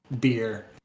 beer